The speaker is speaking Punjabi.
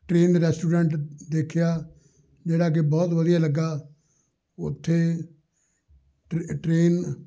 ਟਰੇਨ ਰੈਸਟੋਰੈਂਟ ਦੇਖਿਆ ਜਿਹੜਾ ਕਿ ਬਹੁਤ ਵਧੀਆ ਲੱਗਾ ਉੱਥੇ ਟਰੇ ਟਰੇਨ